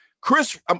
Chris